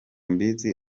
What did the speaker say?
mbizi